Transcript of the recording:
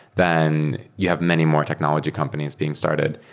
then you have many more technology companies being started.